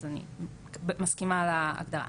אז אני מסכימה להגדרה.